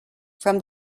from